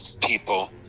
people